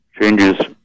changes